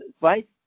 Right